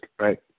Right